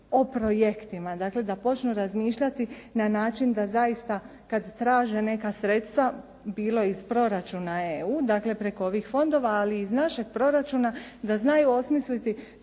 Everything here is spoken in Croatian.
o projektima, dakle da počnu razmišljati na način da zaista kada traže neka sredstva, bilo iz proračuna EU, dakle preko ovih fondova, ali iz našeg proračuna, da znaju osmisliti